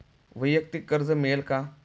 वैयक्तिक कर्ज मिळेल का?